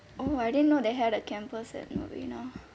oh I didn't know they had a campus at novena